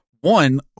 one